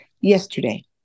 Yesterday